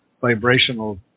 vibrational